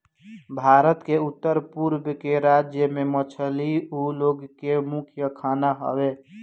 भारत के उत्तर पूरब के राज्य में मछली उ लोग के मुख्य खाना हवे